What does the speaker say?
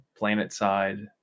Planetside